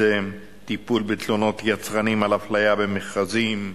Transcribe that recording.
טיפול בתלונות יצרנים על אפליה במכרזים,